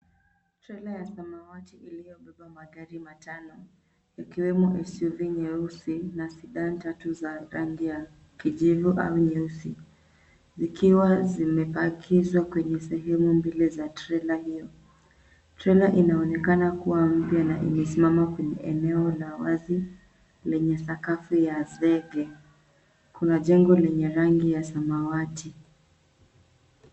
Trela ya samawati iliyobeba magari matano, ikiwemo Suv nyeusi na Sidan tatu za rangi ya kijivu au nyeusi. Zikiwa zimepakizwa kwenye sehemu mbili za trela hiyo. Trela inaonekana kuwa mpya na imesimama kwenye eneo la wazi lenye sakafu ya zege. Kuna jengo lenye rangi ya samawati.